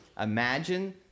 imagine